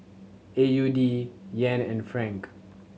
A U D Yen and Franc